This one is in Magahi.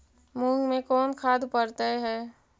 मुंग मे कोन खाद पड़तै है?